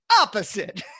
Opposite